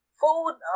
food